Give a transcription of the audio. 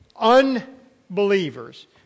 unbelievers